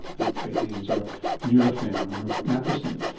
their trade names are nurofen or naprosyn.